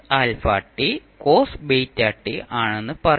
ആണെന്ന് പറയും